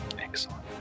Excellent